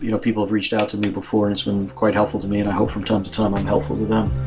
you know people have reached out to me before and it's been quite helpful to me and i hope from time to time i'm helpful to them.